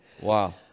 wow